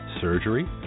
surgery